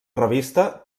revista